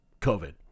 COVID